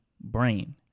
brain